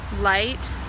light